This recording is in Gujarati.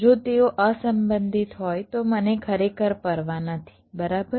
જો તેઓ અસંબંધિત હોય તો મને ખરેખર પરવા નથી બરાબર